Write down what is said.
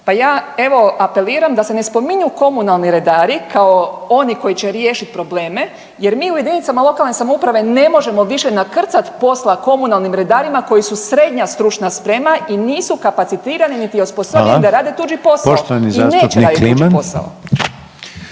pa ja evo apeliram da se ne spominju komunalni redari kao oni koji će riješit probleme jer mi u jedinicama lokalne samouprave ne možemo više nakrcat posla komunalnim redarima koji su SSS i nisu kapacitirani niti osposobljeni da …/Upadica: Hvala./… rade